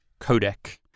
codec